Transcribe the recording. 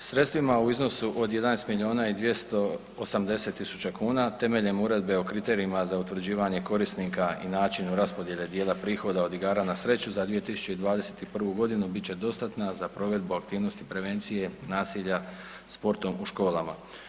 Sredstvima u iznosu od 11 milijuna i 280 tisuća kuna temeljem Uredbe o kriterijima za utvrđivanje korisnika i načinu raspodjele dijela prihoda od igara na sreću za 2021. g. bit će dostatna za provedbu aktivnosti prevencije nasilja sportom u školama.